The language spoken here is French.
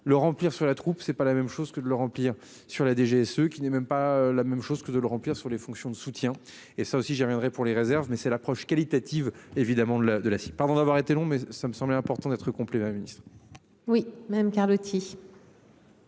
le remplir sur la troupe, c'est pas la même chose que de le remplir. Sur la DGSE qui n'est même pas la même chose que de le remplir sur les fonctions de soutien et ça aussi j'amènerai pour les réserves mais c'est l'approche qualitative évidemment de la de la. Pardon d'avoir été long mais ça me semblait important d'être complet, la ministre. Oui madame Carlotti.